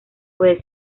puede